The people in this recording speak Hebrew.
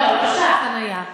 לא, לא שעה חנייה.